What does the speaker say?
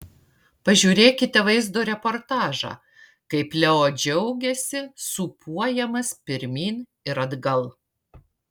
pažiūrėkite vaizdo reportažą kaip leo džiaugiasi sūpuojamas pirmyn ir atgal